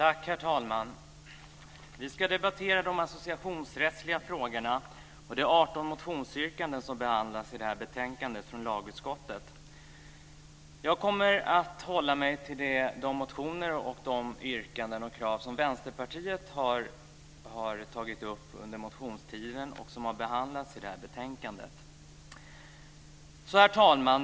Herr talman! Vi ska debattera de associationsrättsliga frågorna. Det är 18 motionsyrkanden som behandlas i det här betänkandet från lagutskottet. Jag kommer att hålla mig till de motioner, yrkanden och krav som Vänsterpartiet har tagit upp under motionstiden och som har behandlats i det här betänkandet. Herr talman!